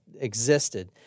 existed